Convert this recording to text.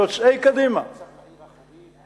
שיוצאי קדימה